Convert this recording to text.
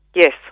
Yes